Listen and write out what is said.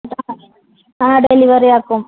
ആ ഡെലിവറി ആക്കും